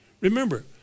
Remember